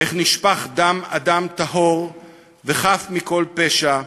איך נשפך דם אדם טהור וחף מכל פשע,